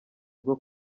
bwo